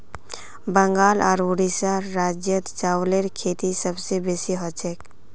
बंगाल आर उड़ीसा राज्यत चावलेर खेती सबस बेसी हछेक